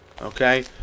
Okay